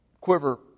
quiver